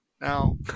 Now